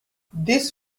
this